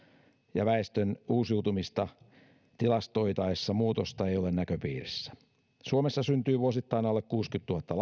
ja väestön uusiutumista tilastoitaessa muutosta ei ole näköpiirissä suomessa syntyy vuosittain alle kuusikymmentätuhatta